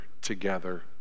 together